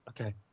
Okay